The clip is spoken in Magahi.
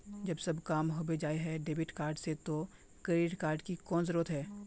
जब सब काम होबे जाय है डेबिट कार्ड से तो क्रेडिट कार्ड की कोन जरूरत है?